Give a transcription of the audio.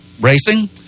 racing